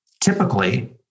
Typically